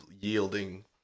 yielding